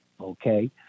okay